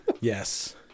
Yes